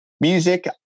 Music